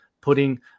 putting